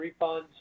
refunds